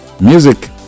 music